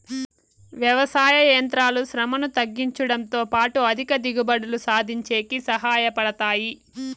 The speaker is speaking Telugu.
వ్యవసాయ యంత్రాలు శ్రమను తగ్గించుడంతో పాటు అధిక దిగుబడులు సాధించేకి సహాయ పడతాయి